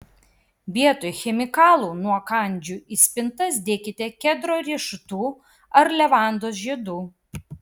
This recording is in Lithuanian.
vietoj chemikalų nuo kandžių į spintas dėkite kedro riešutų ar levandos žiedų